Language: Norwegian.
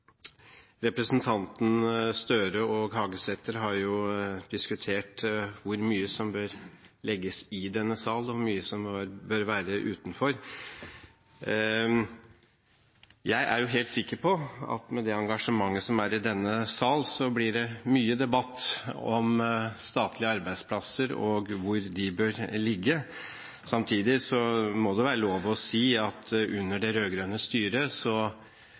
Hagesæter har diskutert hvor mye som bør legges i denne sal, og hvor mye som bør være utenfor. Jeg er helt sikker på at med det engasjementet som er i denne sal, blir det mye debatt om statlige arbeidsplasser og hvor de bør ligge. Samtidig må det være lov å si at under det rød-grønne styret